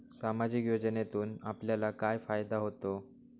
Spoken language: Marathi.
सामाजिक योजनेतून आपल्याला काय फायदा होतो?